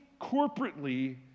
corporately